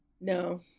No